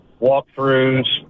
walkthroughs